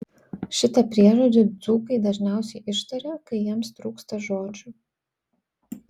šitą priežodį dzūkai dažniausiai ištaria kai jiems trūksta žodžių